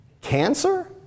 Cancer